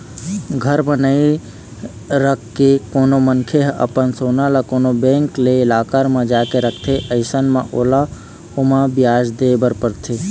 घर म नइ रखके कोनो मनखे ह अपन सोना ल कोनो बेंक के लॉकर म जाके रखथे अइसन म ओला ओमा बियाज दे बर परथे